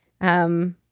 Um-